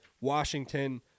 Washington